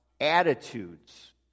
attitudes